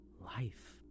life